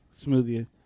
Smoothie